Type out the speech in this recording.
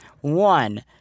One